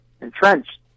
entrenched